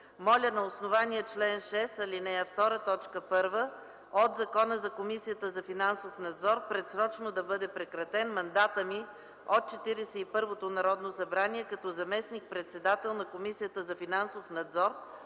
Моля на основание чл. 6, ал. 2, т. 1 от Закона за Комисията за финансов надзор предсрочно да бъде прекратен мандатът ми от Четиридесет и първото Народно събрание като заместник-председател на Комисията за финансов надзор,